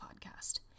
podcast